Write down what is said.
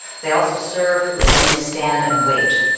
they also serve who only stand and wait.